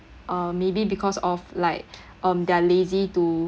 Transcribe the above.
uh maybe because of like um they're lazy to